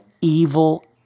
evil